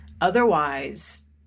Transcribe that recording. Otherwise